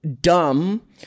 dumb